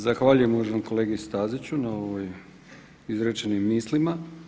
Zahvaljujem uvaženom kolegi Staziću na ovim izrečenim mislima.